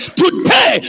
today